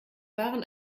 waren